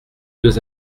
deux